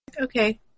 Okay